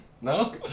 No